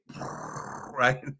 right